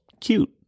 cute